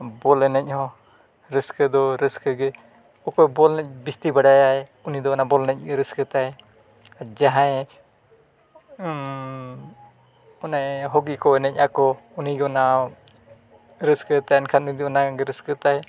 ᱵᱚᱞ ᱮᱱᱮᱡ ᱦᱚᱸ ᱨᱟᱹᱥᱠᱟᱹ ᱫᱚ ᱨᱟᱹᱥᱠᱟᱹᱜᱮ ᱚᱠᱚᱭ ᱵᱚᱞ ᱮᱱᱮᱡ ᱵᱤᱥᱛᱤ ᱵᱟᱲᱟᱭᱟᱭ ᱩᱱᱤ ᱫᱚ ᱚᱱᱟ ᱵᱚᱞ ᱮᱱᱮᱡᱜᱮ ᱨᱟᱹᱥᱠᱟᱹ ᱛᱟᱭ ᱟᱨ ᱡᱟᱦᱟᱸᱭᱮ ᱚᱱᱮ ᱦᱚᱠᱤ ᱠᱚ ᱮᱱᱮᱡ ᱟᱠᱚ ᱩᱱᱤ ᱚᱱᱟ ᱨᱟᱹᱥᱠᱟᱹ ᱛᱟᱦᱮᱱ ᱠᱷᱟᱱ ᱩᱱᱤᱫᱚ ᱚᱱᱟ ᱨᱟᱹᱥᱠᱟᱹ ᱛᱟᱭ